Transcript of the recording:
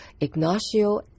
Ignacio